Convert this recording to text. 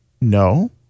No